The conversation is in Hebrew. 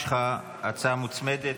יש לך הצעה מוצמדת.